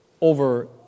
over